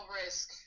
risk